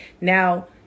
Now